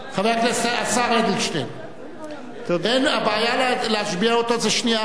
השר אדלשטיין, הבעיה להשביע אותו, זאת שנייה אחת.